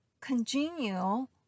congenial